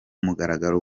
mugaragaro